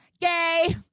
Gay